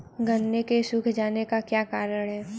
गन्ने के सूख जाने का क्या कारण है?